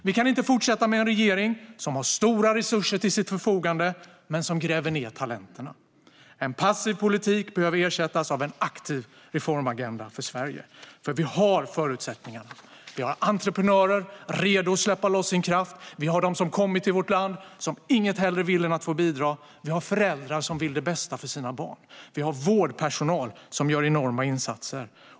Vi kan inte fortsätta med en regering som har stora resurser till sitt förfogande men som gräver ned talenterna. En passiv politik behöver ersättas av en aktiv reformagenda för Sverige, för vi har förutsättningar. Vi har entreprenörer redo att släppa loss sin kraft. Vi har de som kommit till vårt land som inget hellre vill än att få bidra. Vi har föräldrar som vill det bästa för sina barn. Vi har vårdpersonal som gör enorma insatser.